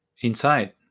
inside